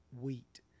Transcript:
wheat